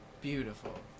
beautiful